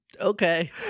Okay